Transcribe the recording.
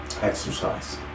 exercise